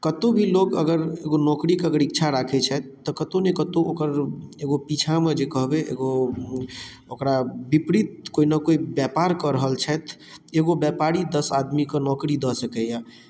कतहुँ भी लोग अगर एगो नौकरी कऽ अगर इच्छा राखैत छथि तऽ कतहुँ ने कतहुँ ओकर एगो पीछामे जे कहबै एगो ओकरा विपरीत केओ ने केओ व्यापार कऽ रहल छथि एगो व्यापारी दश आदमी कऽ नौकरी दऽ सकैया